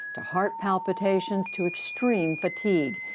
to heart palpitations, to extreme fatigue.